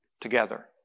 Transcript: together